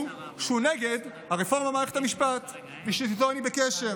שהוא נגד הרפורמה במערכת המשפט ואיתו אני בקשר,